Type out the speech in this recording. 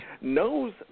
knows